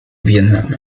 vietnam